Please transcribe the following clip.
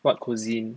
what cuisine